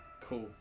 Cool